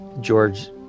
George